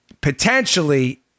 Potentially